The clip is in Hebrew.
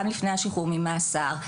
גם לפני השחרור ממאסר,